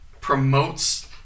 promotes